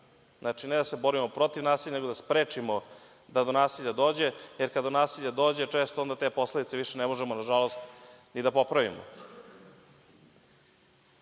Znači, ne da se borimo protiv nasilja, nego da sprečimo da do nasilja dođe, jer kada do nasilja dođe često onda te posledice više ne možemo, nažalost, ni da popravimo. Nekada